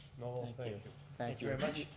noel, and thank you. thank you very much.